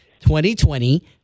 2020